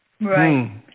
Right